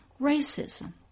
racism